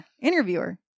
interviewer